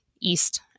east